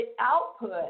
output